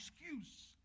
excuse